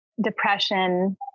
depression